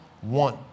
one